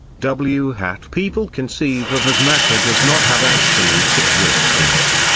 w hat people conceive of as matter does not have absolute existence,